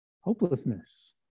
Hopelessness